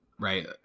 right